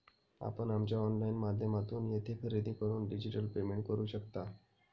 आपण आमच्या ऑनलाइन माध्यमातून येथे खरेदी करून डिजिटल पेमेंट करू शकता